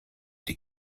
die